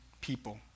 people